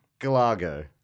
Galago